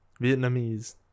Vietnamese